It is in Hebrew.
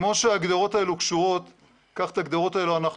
כמו שהגדרות האלה קשורות כך את הגדרות האלה אנחנו